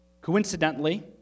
coincidentally